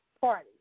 Party